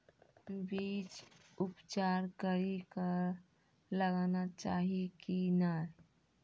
बीज उपचार कड़ी कऽ लगाना चाहिए कि नैय?